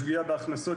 יש פגיעה בהכנסות,